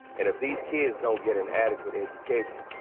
and if these kids don't get an adequate education,